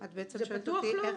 זה פתוח לו?